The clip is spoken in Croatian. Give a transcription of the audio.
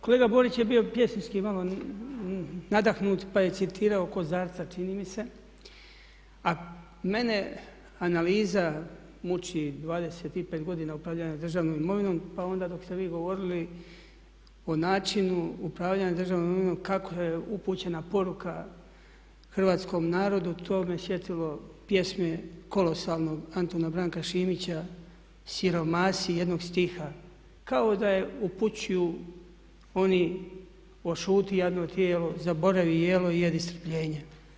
Kolega Borić je bio pjesnički malo nadahnut pa je citirao Kozarca čini mi se, a mene analiza muči 25 godina upravljanja državnom imovinom pa onda dok ste vi govorili o načinu upravljanja državnom imovinom kako je upućena poruka hrvatskom narodu to me sjetilo pjesme kolosalnog Antuna Branka Šimića "Siromasi jednog stiha" kao da je upućuju oni o šuti jadno tijelo zaboravi jelo i jedi strpljenje.